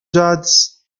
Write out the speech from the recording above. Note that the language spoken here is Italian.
jazz